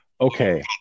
Okay